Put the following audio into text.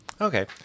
Okay